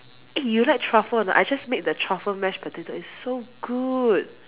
eh you like truffle or not I just made the truffle mash potato it's so good